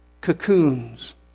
cocoons